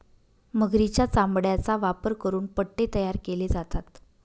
मगरीच्या चामड्याचा वापर करून पट्टे तयार केले जातात